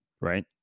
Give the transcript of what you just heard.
right